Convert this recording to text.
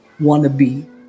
wannabe